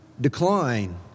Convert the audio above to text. decline